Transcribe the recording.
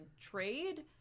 trade